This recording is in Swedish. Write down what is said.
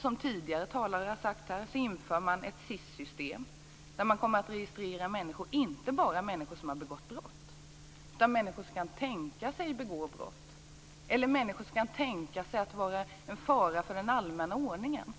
Som tidigare talare har sagt inför man SIS, där man inte bara kommer att registrera människor som har begått brott utan även människor som kan tänkas begå brott eller människor som kan tänkas vara en fara för den allmänna ordningen.